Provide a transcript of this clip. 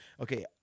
okay